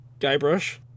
Guybrush